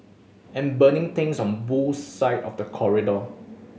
and burning things on Boo's side of the corridor